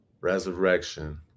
Resurrection